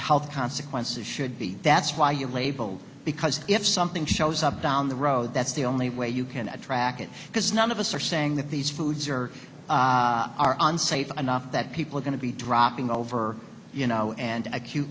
health consequences should be that's why you label because if something shows up down the road that's the only way you can track it because none of us are saying that these foods are unsafe enough that people are going to be dropping over you know and acute